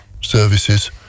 Services